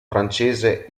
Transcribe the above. francese